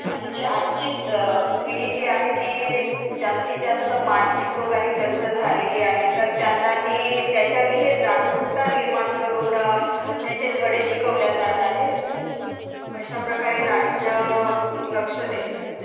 आणि जी आजची पिढी जी आहे ती जास्तीत जास्त मानसिक रोगानी ग्रस्त झालेली आहे तर त्यांना ती त्याच्याविषयी जागरूकता निर्माण करून त्याचे धडे शिकवल्या जात आहेत अशाप्रकारे राज्य लक्ष देत आहे